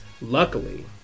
Luckily